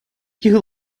you